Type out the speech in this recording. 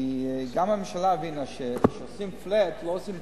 כי גם הממשלה הבינה שכשעושים flat לא עושים